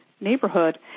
neighborhood